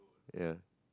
ya